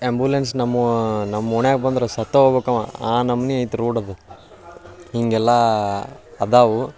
ambulance ನಮ್ಮ ನಮ್ಮ ಓಣ್ಯಾಗೆ ಬಂದ್ರೆ ಸತ್ತೋಬೇಕ್ ಅವ ಆ ನಮ್ನೆ ಐತೆ ರೋಡದು ಹಿಂಗೆಲ್ಲ ಇದಾವೆ